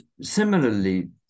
Similarly